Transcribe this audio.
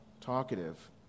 Talkative